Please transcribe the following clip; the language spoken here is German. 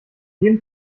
jeden